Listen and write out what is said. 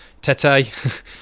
Tete